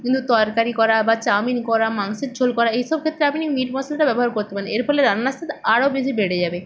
কিন্তু তরকারি করা বা চাউমিন করা মাংসের ঝোল করা এই সব ক্ষেত্রে আপনি মিট মশলাটা ব্যবহার করতে পারেন এর ফলে রান্নার স্বাদ আরও বেশি বেড়ে যাবে